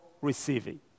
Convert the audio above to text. receiving